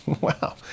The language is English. Wow